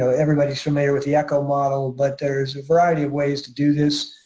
so everybody's familiar with the echo model, but there's a variety of ways to do this,